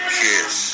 kiss